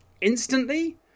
instantly